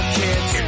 kids